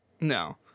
No